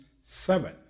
seven